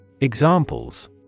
Examples